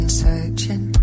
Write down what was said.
searching